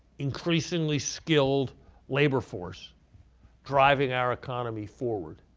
increasingly skilled labor force driving our economy forward.